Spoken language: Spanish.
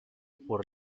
por